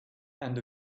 and